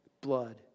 blood